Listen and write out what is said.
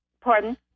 Pardon